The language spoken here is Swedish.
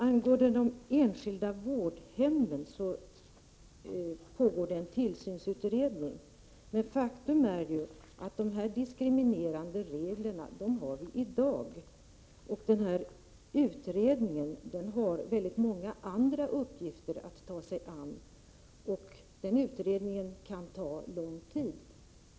Angående de enskilda vårdhemmen pågår det en tillsynsutredning. Men faktum är att de diskriminerande reglerna gäller i dag. Utredningen har många andra uppgifter att ta sig an, och den kan ta lång tid.